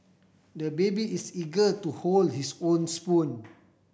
the baby is eager to hold his own spoon